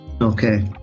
okay